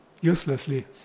uselessly